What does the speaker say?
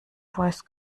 voice